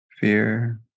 fear